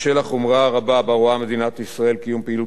בשל החומרה הרבה שבה רואה מדינת ישראל קיום פעילות